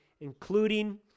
including